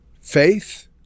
faith